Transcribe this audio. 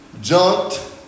junked